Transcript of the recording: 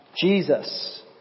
Jesus